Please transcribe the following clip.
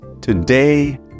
today